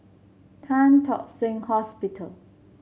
Tan Tock Seng Hospital